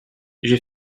j’ai